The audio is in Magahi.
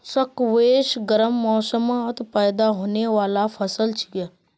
स्क्वैश गर्म मौसमत पैदा होने बाला फसल छिके